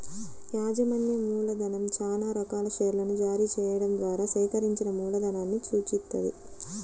యాజమాన్య మూలధనం చానా రకాల షేర్లను జారీ చెయ్యడం ద్వారా సేకరించిన మూలధనాన్ని సూచిత్తది